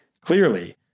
clearly